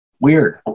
Weird